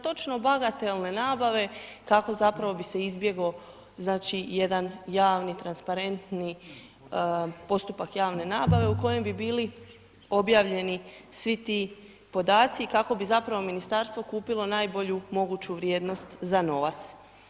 Točno bagatelne nabave, kako zapravo bi se izbjeglo, znači jedan javni transparenti postupak javne nabave, u kojem bi bili objavljeni svi ti podaci i kako bi zapravo Ministarstvo kupilo najbolju moguću vrijednost za novac.